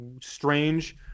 strange